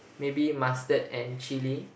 maybe mustard and chili